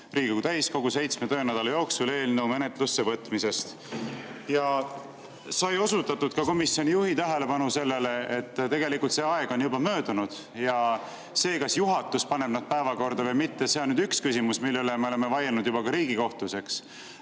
Riigikogu täiskogus seitsme töönädala jooksul eelnõu menetlusse võtmisest. Ja sai [juhitud] ka komisjoni juhi tähelepanu sellele, et tegelikult see aeg on möödunud. See, kas juhatus paneb nad päevakorda või mitte, on üks küsimus, mille üle me oleme vaielnud juba ka Riigikohtus,